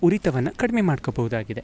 ಉರಿತವನ್ನು ಕಡಿಮೆ ಮಾಡ್ಕೊಬವ್ದಾಗಿದೆ